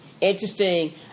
interesting